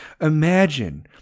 imagine